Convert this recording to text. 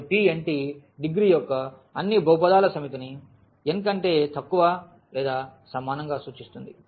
కాబట్టి Pn degree యొక్క అన్ని బహుపదాల సమితిని n కంటే తక్కువ లేదా సమానంగా సూచిస్తుంది